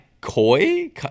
koi